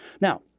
Now